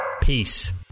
Peace